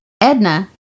Edna